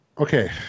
Okay